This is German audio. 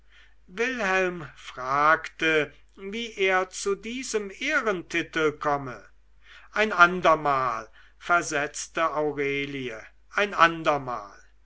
wilhelm fragte wie er zu diesem ehrentitel komme ein andermal versetzte aurelie ein andermal